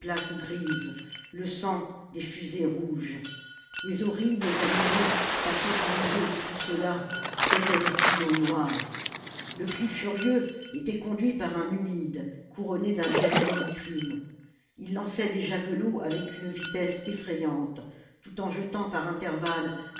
grises le sang des fusées rouges les horribles animaux passant au milieu de tout cela creusaient des sillons noirs le plus furieuj était conduit par un numide couronné d'un diadème de plumes il lançait des javelots avec une vitesse effrayante tout en jetant par intervalles